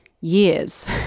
years